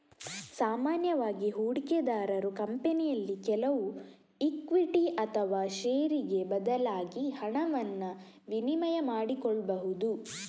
ಸಾಮಾನ್ಯವಾಗಿ ಹೂಡಿಕೆದಾರರು ಕಂಪನಿಯಲ್ಲಿ ಕೆಲವು ಇಕ್ವಿಟಿ ಅಥವಾ ಷೇರಿಗೆ ಬದಲಾಗಿ ಹಣವನ್ನ ವಿನಿಮಯ ಮಾಡಿಕೊಳ್ಬಹುದು